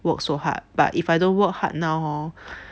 work so hard but if I don't work hard now hor